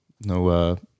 No